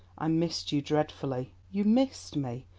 i missed you dreadfully. you missed me.